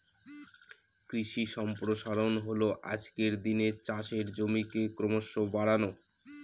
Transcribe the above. কৃষি সম্প্রসারণ হল আজকের দিনে চাষের জমিকে ক্রমশ বাড়ানো